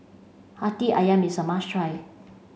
Hati Ayam is a must try